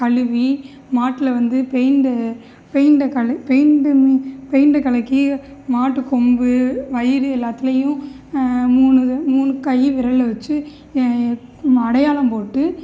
கழுவி மாட்டில் வந்து பெயிண்டை பெயிண்ட் பெயிண்டை கலக்கி மாட்டுக்கொம்பு வயிறு எல்லாத்துலேயும் மூணு மூணு கை விரலில் வச்சு அடையாளம் போட்டு